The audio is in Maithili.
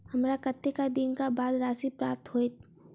हमरा कत्तेक दिनक बाद राशि प्राप्त होइत?